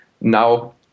now